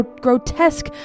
grotesque